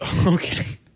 Okay